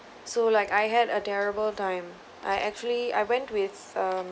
so like I had a terrible time I actually I went with um